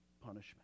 punishment